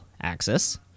axis